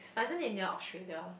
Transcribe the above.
but isn't it near Australia